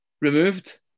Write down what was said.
removed